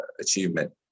achievement